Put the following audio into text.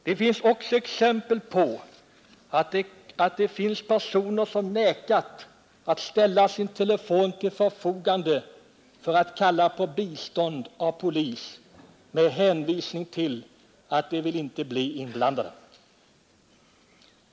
Det finns också exempel på att personer vägrat att ställa sin telefon till förfogande för att någon skulle kunna kalla på polis; de har då — Föredragningen av hänvisat till att de inte vill bli inblandade.